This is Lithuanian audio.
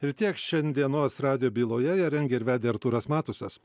ir tiek šiandienos radijo byloje ją rengė ir vedė artūras matusas